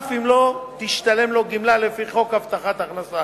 אף אם לא תשתלם לו גמלה לפי חוק הבטחת הכנסה.